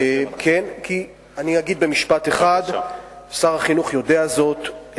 אגיד במשפט אחד: שר החינוך יודע זאת,